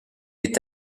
est